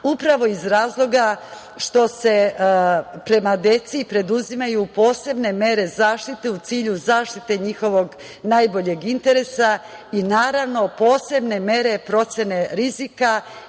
upravo iz razloga što se prema deci preduzimaju posebne mere zaštite u cilju zaštite njihovog najboljeg interesa i, naravno, posebne mere procene rizika